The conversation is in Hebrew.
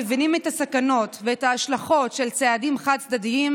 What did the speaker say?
מבינה את הסכנות ואת ההשלכות של צעדים חד-צדדיים,